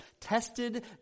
tested